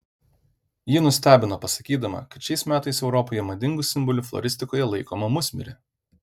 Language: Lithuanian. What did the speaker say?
ji nustebino pasakydama kad šiais metais europoje madingu simboliu floristikoje laikoma musmirė